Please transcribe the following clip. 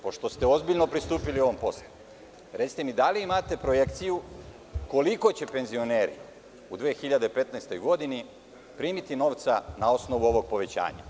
Pošto ste ozbiljno pristupili ovom poslu, recite mi da li imate projekciju koliko će penzioneri u 2015. godini primiti novca na osnovu ovog povećanja?